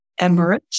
emirates